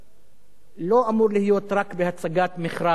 לא אמור להיות רק בהצגת מכרז כללי,